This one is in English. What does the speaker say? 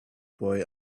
boy